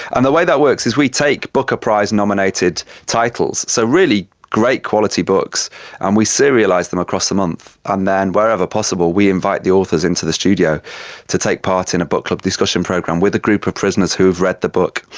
and the way that works is we take booker prize nominated titles, so really great quality books and we serialise them across the month. and then wherever possible we invite the authors into the studio to take part in a book club discussion program with a group of prisoners who have read the book.